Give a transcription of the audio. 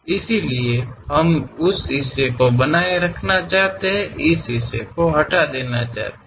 ಆದ್ದರಿಂದ ನಾವು ಈ ಭಾಗವನ್ನು ತೆಗೆದುಹಾಕಿ ಆ ಭಾಗವನ್ನು ಉಳಿಸಿಕೊಳ್ಳಲು ಬಯಸುತ್ತೇವೆ